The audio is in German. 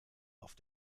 auf